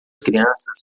crianças